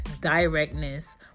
directness